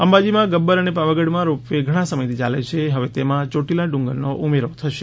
અંબાજીમાં ગબ્બર અને પાવાગઢમાં રોપ વે ઘણા સમયથી ચાલે છે હવે તેમાં ચોટીલા ડુંગરનો ઉમેરો થશે